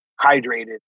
hydrated